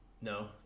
no